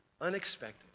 unexpected